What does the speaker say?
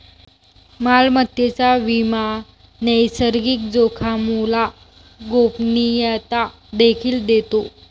मालमत्तेचा विमा नैसर्गिक जोखामोला गोपनीयता देखील देतो